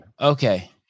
Okay